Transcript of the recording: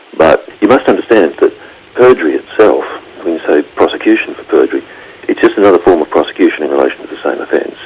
but you must understand that perjury so say prosecution for perjury, is just another form of prosecution in relation to the same offence.